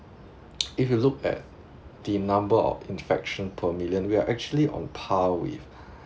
if you look at the number of infection per million we are actually on par with